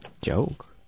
Joke